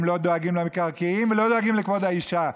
הם לא דואגים למקרקעין ולא דואגים לכבוד האישה.